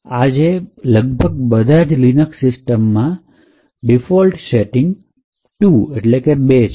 અને આજે લગભગ બધે જ linux સિસ્ટમમાં 2 default સેટિંગ છે